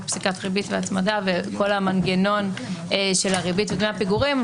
פסיקת ריבית והצמדה וכל המנגנון של הריבית ודמי הפיגורים,